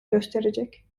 gösterecek